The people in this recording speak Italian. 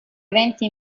eventi